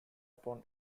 upon